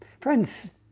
Friends